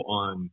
on